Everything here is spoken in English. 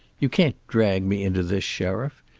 you can't drag me into this, sheriff.